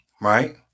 right